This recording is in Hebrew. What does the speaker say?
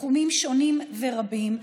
בתחומים שונים ורבים.